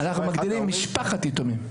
אנחנו מגדירים משפחת יתומים.